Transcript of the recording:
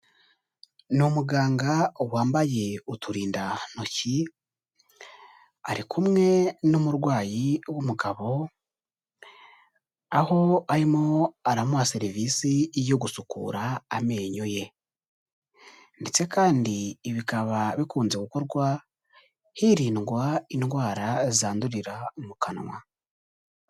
Ni umuganga wambaye uturindantoki, ari kumwe n'umurwayi w'umugabo, aho arimo aramuha serivisi yo gusukura amenyo ye ndetse kandi ibi bikaba bikunze gukorwa hirindwa indwara zandurira mu kanwa.